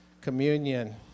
communion